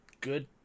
Good